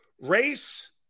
race